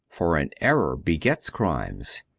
for an error begets crimes.